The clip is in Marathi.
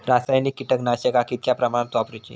रासायनिक कीटकनाशका कितक्या प्रमाणात वापरूची?